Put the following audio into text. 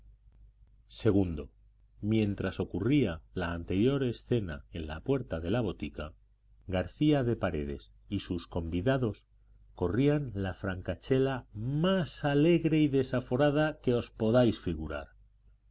ii mientras ocurría la anterior escena en la puerta de la botica garcía de paredes y sus convidados corrían la francachela más alegre y desaforada que os podáis figurar